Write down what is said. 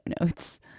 notes